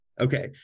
Okay